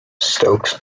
stokes